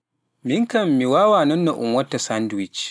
Miin kam mi waawaa non no ɗum watta sandwich